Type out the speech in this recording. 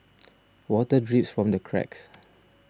water drips from the cracks